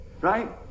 right